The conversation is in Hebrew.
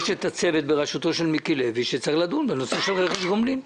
יש את הצוות בראשותו של מיקי לוי שצריך לדון בנושא של רכש גומלין.